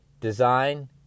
design